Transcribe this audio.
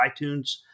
iTunes